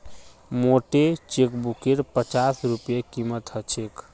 मोटे चेकबुकेर पच्चास रूपए कीमत ह छेक